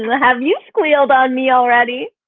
and have you squealed on me already?